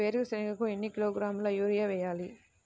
వేరుశనగకు ఎన్ని కిలోగ్రాముల యూరియా వేయాలి?